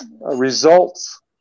results